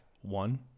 one